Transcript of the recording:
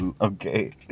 Okay